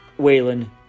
Waylon